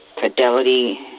Fidelity